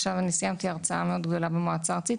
סיימתי עכשיו הרצאה גדולה מאוד במועצה הארצית,